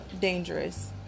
dangerous